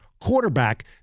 quarterback